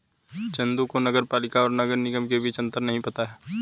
चंदू को नगर पालिका और नगर निगम के बीच अंतर नहीं पता है